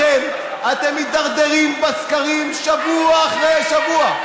חקירה חדשה.